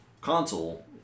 console